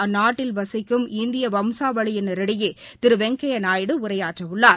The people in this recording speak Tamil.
அந்நாட்டில் வசிக்கும் இந்திய வம்சாவளியினரிடையே திரு வெங்கையா இன்று நாயுடு உரையாற்றவுள்ளார்